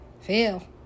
Feel